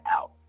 out